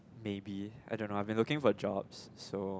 maybe I don't know I been looking for jobs so